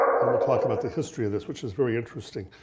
and we'll talk about the history of this, which is very interesting.